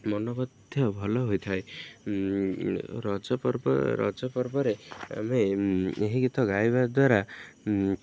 ମନ ମଧ୍ୟ ଭଲ ହୋଇଥାଏ ରଜ ପର୍ବ ରଜ ପର୍ବରେ ଆମେ ଏହି ଗୀତ ଗାଇବା ଦ୍ୱାରା